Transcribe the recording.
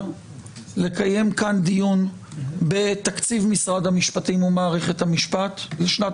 לקיים כאן דיון בתקציב משרד המשפטים ומערכת המשפט לשנת